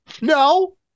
No